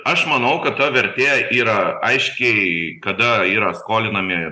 aš manau kad ta vertė yra aiškiai kada yra skolinami